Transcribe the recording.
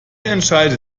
entscheide